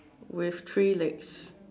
with three legs